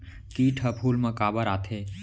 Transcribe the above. किट ह फूल मा काबर आथे?